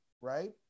right